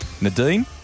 Nadine